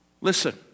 Listen